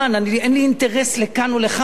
אין לי אינטרס לכאן ולכאן.